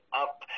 up